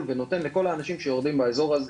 ונותן שירות לכל האנשים שיורדים באזור הזה.